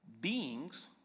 beings